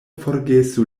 forgesu